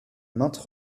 maintes